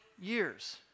years